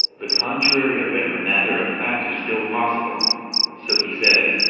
the contrary of every matter of fact is still possible so he says,